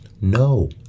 No